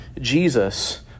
Jesus